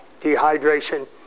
Dehydration